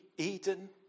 eden